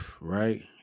right